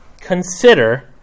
consider